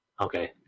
Okay